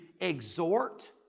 exhort